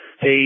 Hey